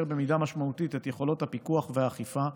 במידה משמעותית את יכולות הפיקוח והאכיפה,